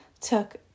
took